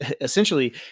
essentially